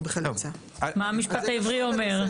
מה המשפט העברי אומר?